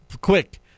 quick